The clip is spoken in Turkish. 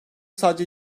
sadece